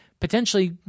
potentially